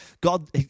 God